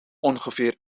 ongeveer